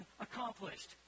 accomplished